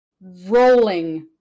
rolling